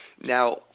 Now